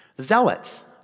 Zealots